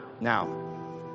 now